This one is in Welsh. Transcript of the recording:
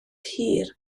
hir